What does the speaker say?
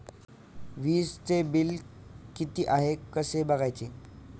वीजचे बिल किती आहे कसे बघायचे?